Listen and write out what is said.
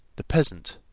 the peasant,